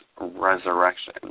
resurrection